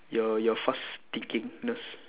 your your fast thinkingness